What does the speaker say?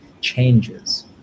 changes